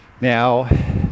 Now